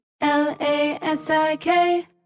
L-A-S-I-K